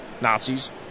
Nazis